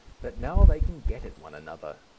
that now they can get at one another.